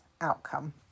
outcome